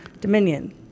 Dominion